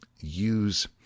use